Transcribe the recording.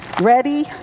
Ready